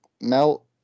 Melt